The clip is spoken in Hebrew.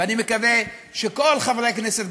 אני מקווה שכל חברי הכנסת,